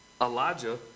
Elijah